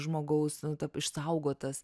žmogaus išsaugotas